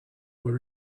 were